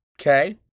Okay